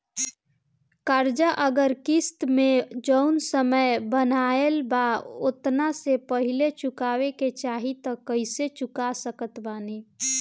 कर्जा अगर किश्त मे जऊन समय बनहाएल बा ओतना से पहिले चुकावे के चाहीं त कइसे चुका सकत बानी?